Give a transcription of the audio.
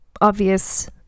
obvious